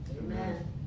Amen